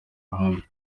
ruhame